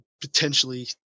potentially